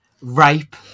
Rape